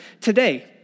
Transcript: today